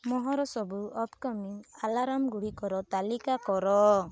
ମୋର ସବୁ upcoming alarm ଗୁଡ଼ିକର ତାଲିକା କର